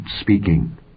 speaking